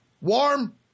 warm